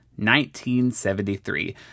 1973